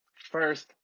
first